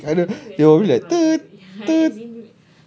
I know probably like toot toot